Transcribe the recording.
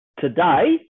Today